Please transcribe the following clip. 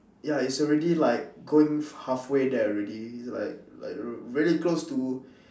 ya it's already like going halfway there already like like r~ really close to